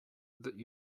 that